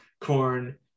corn